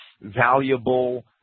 valuable